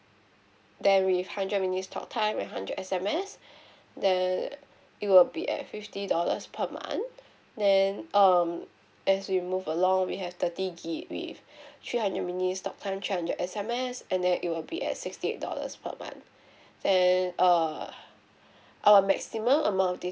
then with hundred minutes talk time and hundred S_M_S then it will be at fifty dollars per month then um as we move along we have thirty gig with three hundred minutes talk time three hundred S_M_S and then it will be at sixty eight dollars per month and err our maximum among da~